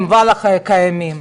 וואלה הם קיימים,